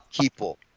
people